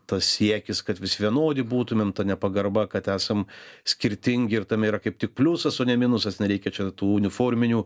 tas siekis kad visi vienodi būtumėm ta nepagarba kad esam skirtingi ir tame yra kaip tik pliusas o ne minusas nereikia čia tų uniforminių